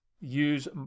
use